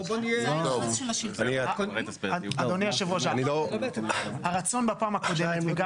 אדוני, יושב הראש, הרצון בפעם הקודמת וגם